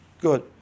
good